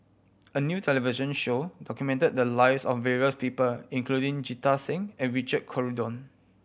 a new television show documented the lives of various people including Jita Singh and Richard Corridon